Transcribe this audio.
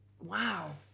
Wow